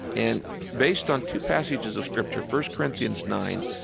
and based on two passages of scripture. first corinthians nine.